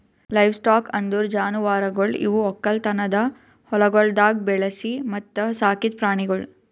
livestock ಅಂದುರ್ ಜಾನುವಾರುಗೊಳ್ ಇವು ಒಕ್ಕಲತನದ ಹೊಲಗೊಳ್ದಾಗ್ ಬೆಳಿಸಿ ಮತ್ತ ಸಾಕಿದ್ ಪ್ರಾಣಿಗೊಳ್